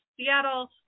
Seattle